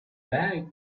bag